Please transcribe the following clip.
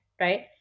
right